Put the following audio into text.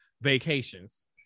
vacations